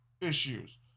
issues